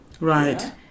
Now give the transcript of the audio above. Right